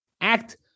act